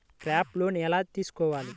Crop loan ఎలా తీసుకోవాలి?